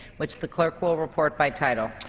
which the clerk will report by title.